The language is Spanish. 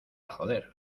joder